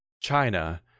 China